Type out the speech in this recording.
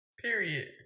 period